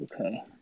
okay